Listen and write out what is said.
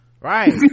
right